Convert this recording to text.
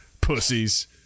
pussies